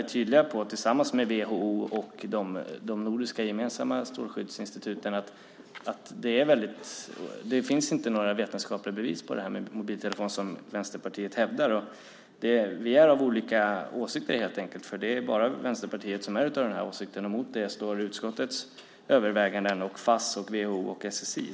Tillsammans med WHO och de nordiska gemensamma strålskyddsinstituten är man tydlig när det gäller att det inte finns några vetenskapliga bevis för det här med mobiltelefoner, som Vänsterpartiet hävdar. Vi är helt enkelt av olika åsikter. Det är bara Vänsterpartiet som är av den åsikten. Mot det står utskottets överväganden, Fass, WHO och SSI.